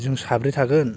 जों साब्रै थागोन